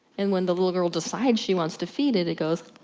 and when the little girl decides she wants to feed it it goes